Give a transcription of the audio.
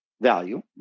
value